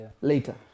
later